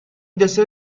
دسر